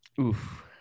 Oof